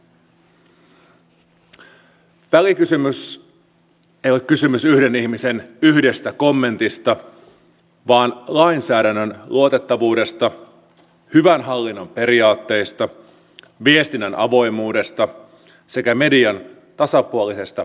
välikysymyksessä ei ole kysymys yhden ihmisen yhdestä kommentista vaan lainsäädännön luotettavuudesta hyvän hallinnon periaatteesta viestinnän avoimuudesta sekä median tasapuolisesta kohtelusta